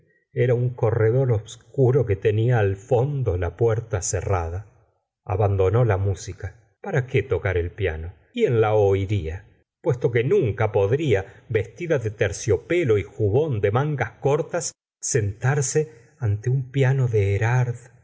era un corredor obscuro que tenia al fondo la puerta cerrada abandonó la música para qué tocar el piano quién la oiría puesto que nunca podría vestida de terciopelo y jubon de mangas cortas sentarse ante un piano de erard